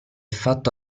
fatto